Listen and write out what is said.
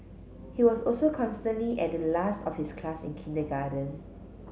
he was also constantly at the last of his class in kindergarten